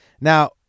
Now